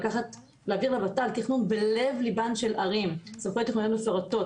להעביר לות"ל תכנון בלב ליבן של ערים לצרכי תוכניות מפורטות